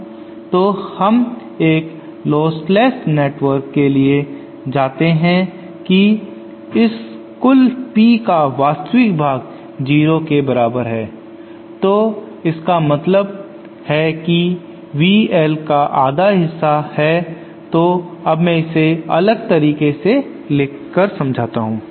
तो हम एक लोस्टलेस नेटवर्क के लिए जानते हैं कि इस कुल P का वास्तविक भाग 0 के बराबर है तो इसका मतलब है कि V L का आधा हिस्सा है तो अब मैं इसे एक अलग तरीके से समझाता हूं